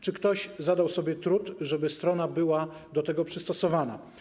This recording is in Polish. Czy ktoś zadał sobie trud, żeby strona była do tego przystosowana?